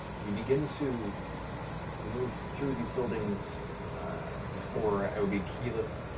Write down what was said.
you begin to move through these buildings before it would be keyleth,